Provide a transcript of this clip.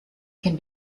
can